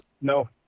No